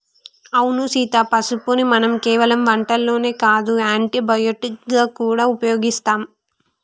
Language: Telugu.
అవును సీత పసుపుని మనం కేవలం వంటల్లోనే కాదు యాంటీ బయటిక్ గా గూడా ఉపయోగిస్తాం